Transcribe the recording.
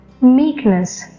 meekness